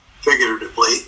figuratively